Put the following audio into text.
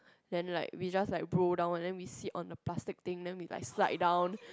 then like we just like roll down and then we sit on the plastic thing then we like slide down